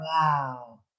Wow